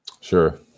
Sure